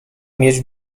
mieć